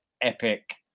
epic